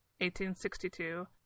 1862